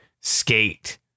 skate